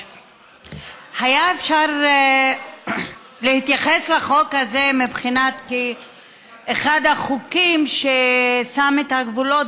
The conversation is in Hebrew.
אפשר להתייחס לחוק הזה כאחד החוקים ששמים את הגבולות